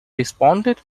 responded